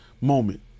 moment